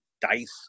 dice